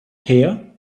here